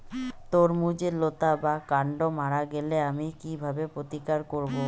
তরমুজের লতা বা কান্ড মারা গেলে আমি কীভাবে প্রতিকার করব?